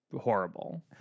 horrible